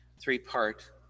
three-part